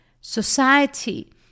Society